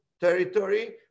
territory